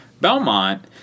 Belmont